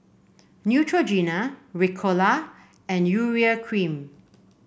Neutrogena Ricola and Urea Cream